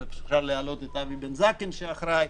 שאפשר להעלות גם את אבי בן זקן, שאחראי.